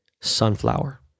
Sunflower